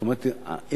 זאת אומרת,